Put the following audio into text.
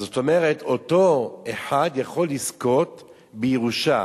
זאת אומרת, אותו אחד יכול לזכות בירושה